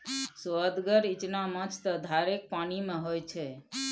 सोअदगर इचना माछ त धारेक पानिमे होए छै